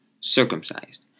circumcised